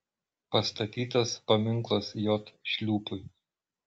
pastatytas paminklas j šliūpui